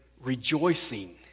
rejoicing